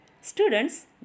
Students